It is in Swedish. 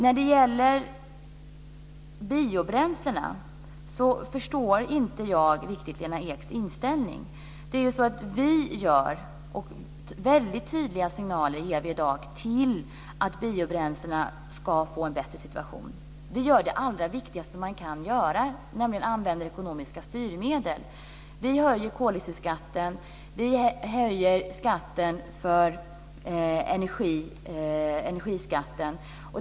När det gäller biobränslena förstår jag inte riktigt Lena Eks inställning. Vi ger i dag väldigt tydliga signaler om att biobränslena ska få en bättre situation. Vi gör det allra viktigaste man kan göra, nämligen använder ekonomiska styrmedel. Vi höjer koldioxidskatten, vi höjer energiskatten.